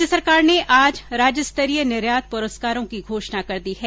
राज्य सरकार ने राज्यस्तरीय निर्यात पुरस्कारों की घोषणा कर दी है